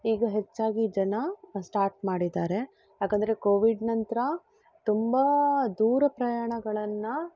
ಈಗ ಹೆಚ್ಚಾಗಿ ಜನ ಸ್ಟಾರ್ಟ್ ಮಾಡಿದ್ದಾರೆ ಯಾಕಂದರೆ ಕೋವಿಡ್ ನಂತರ ತುಂಬ ದೂರ ಪ್ರಯಾಣಗಳನ್ನು